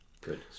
Good